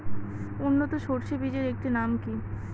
উন্নত সরষে বীজের একটি নাম কি?